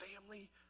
family